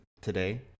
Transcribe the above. today